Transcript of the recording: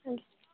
ଆଜ୍ଞା